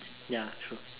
ya true